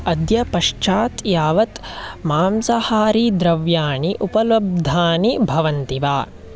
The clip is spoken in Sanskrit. अद्य पश्चात् यावत् मांसाहारीद्रव्याणि उपलब्धानि भवन्ति वा